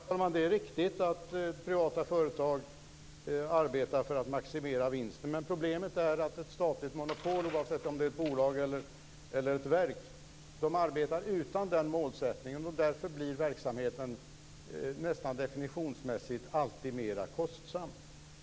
Herr talman! Det är riktigt att privata företag arbetar för att maximera vinsten, men problemet är att ett statligt monopol, oavsett om det är ett bolag eller ett verk, arbetar utan den målsättningen. Därför blir verksamheten nästan definitionsmässigt alltid mera kostsam.